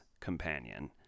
companion